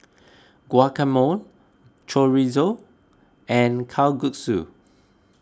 Guacamole Chorizo and Kalguksu